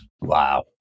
Wow